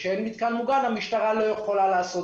כשאין מתקן מוגן המשטרה לא יכולה לעשות